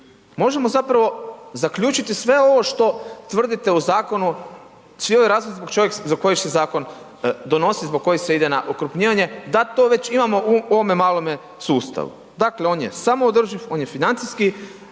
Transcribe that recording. možemo zapravo zaključiti sve ovo što tvrdite u zakonu, svi ovi razlozi za koje se zakon donosi, zbog koji se ide na okrupnjivanje da to već imamo u ovome malome sustavu. Dakle on je samoodrživ, on je financijski